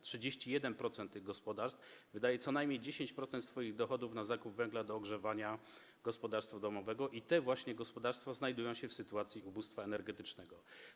31% tych gospodarstw wydaje co najmniej 10% swoich dochodów na zakup węgla do ogrzewania gospodarstwa domowego i te właśnie gospodarstwa znajdują się w sytuacji ubóstwa energetycznego.